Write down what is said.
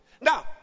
Now